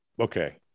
okay